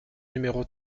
numéro